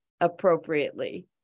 appropriately